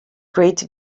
great